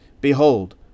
Behold